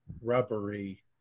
rubbery